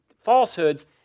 falsehoods